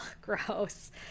gross